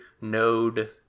Node